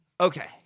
Okay